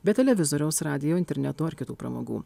be televizoriaus radijo interneto ar kitų pramogų